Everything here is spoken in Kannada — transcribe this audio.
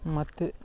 ಮತ್ತು